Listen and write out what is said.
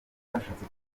twashatse